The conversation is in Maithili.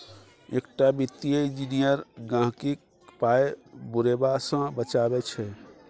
एकटा वित्तीय इंजीनियर गहिंकीक पाय बुरेबा सँ बचाबै छै